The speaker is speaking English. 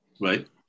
Right